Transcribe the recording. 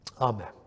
Amen